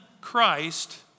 Christ